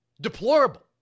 deplorable